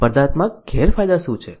સ્પર્ધાત્મક ગેરફાયદા શું છે